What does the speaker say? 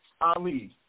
Ali